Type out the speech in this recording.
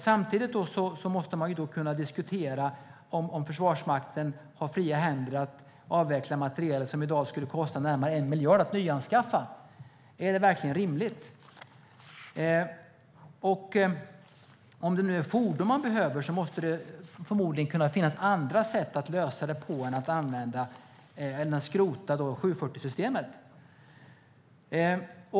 Samtidigt måste man kunna diskutera om Försvarsmakten har fria händer att avveckla materiel som i dag skulle kosta närmare 1 miljard att nyanskaffa. Är det verkligen rimligt? Om det nu är fordon man behöver finns det förmodligen andra sätt att lösa det på än att skrota 740-systemet.